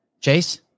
Chase